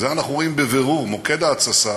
את זה אנחנו רואים בבירור, מוקד ההתססה